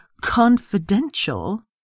confidential